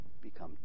become